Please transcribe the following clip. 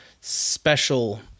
special